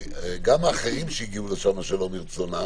האחרים שהגיעו לשם שלא מרצונם,